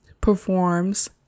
performs